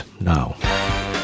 now